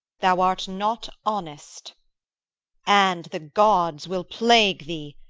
thou art not honest and the gods will plague thee,